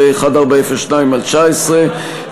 פ/1402/19,